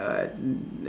err